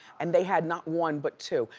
and they had not one but two,